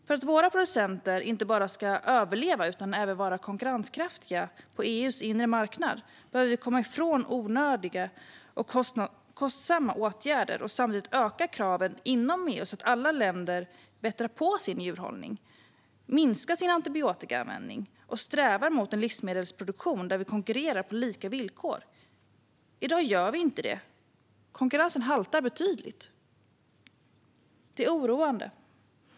För att våra producenter ska inte bara överleva utan även vara konkurrenskraftiga på EU:s inre marknad behöver vi komma ifrån onödiga och kostsamma åtgärder och samtidigt öka kraven inom EU så att andra länder förbättrar sin djurhållning, minskar sin antibiotikaanvändning och strävar mot en livsmedelsproduktion där vi konkurrerar på lika villkor. I dag gör vi inte det. Konkurrensen haltar betydligt, och det är oroande.